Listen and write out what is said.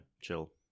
chill